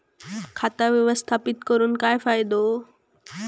खाता व्यवस्थापित करून काय फायदो?